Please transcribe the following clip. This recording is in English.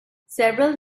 several